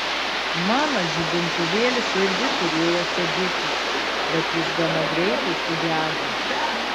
mano žibintuvėlis irgi turėjo segiklį bet jis gana greitai sugedo